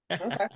Okay